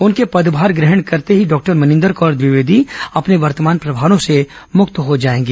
उनके पदभार ग्रहण करते ही डॉक्टर मनिंदर कौर द्विवेदी अपने वर्तमान प्रभारों से मुक्त हो जाएगी